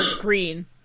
green